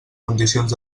condicions